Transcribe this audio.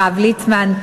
הרב ליצמן,